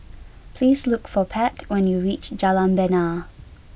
please look for Pat when you reach Jalan Bena